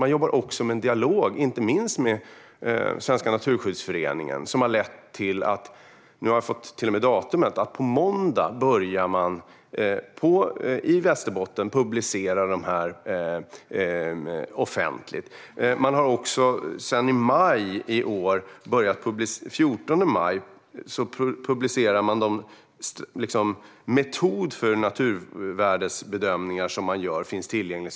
Man jobbar också med en dialog, inte minst med Naturskyddsföreningen, som har lett till att man på måndag börjar publicera detta offentligt i Västerbotten. Från den 14 maj finns de metoder för naturvärdesbedömningar som man gör tillgängliga.